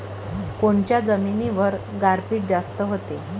कोनच्या जमिनीवर गारपीट जास्त व्हते?